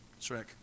Shrek